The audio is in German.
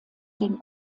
den